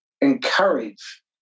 encourage